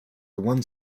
one